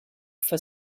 for